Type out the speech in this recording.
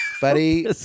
buddy